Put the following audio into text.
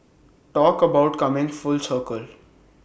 talk about coming full circle